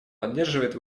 поддерживает